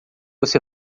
você